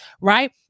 right